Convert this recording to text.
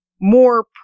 more